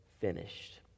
finished